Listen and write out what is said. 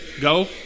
Go